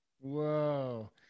Whoa